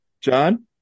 John